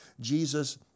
Jesus